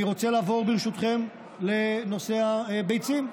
אני רוצה לעבור, ברשותכם, לנושא הביצים.